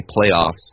playoffs